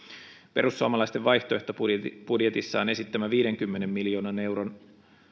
perussuomalaisten vaihtoehtobudjetissaan esittämä viidenkymmenen miljoonan euron